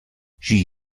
she